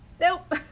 nope